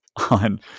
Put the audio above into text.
on